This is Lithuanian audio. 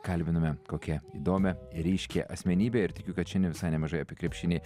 kalbiname kokią įdomią ir ryškią asmenybę ir tikiu kad šiandien visai nemažai apie krepšinį